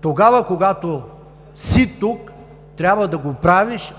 тогава, когато си тук, трябва да го правиш